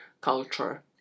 culture